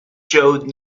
showed